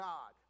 God